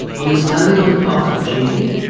understanding on the part of judy,